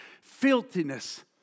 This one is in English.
filthiness